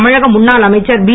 தமிழக முன்னாள் அமைச்சர் பி